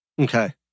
Okay